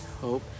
Hope